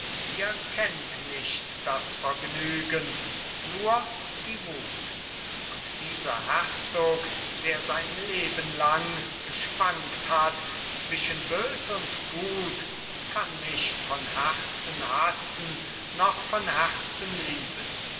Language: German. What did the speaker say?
ihr kennt nicht das vergnügen nur die wut und dieser herzog der sein lebenlang geschwankt hat zwischen bös und gut kann nicht von herzen hassen noch von herzen lieben